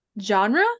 genre